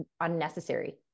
unnecessary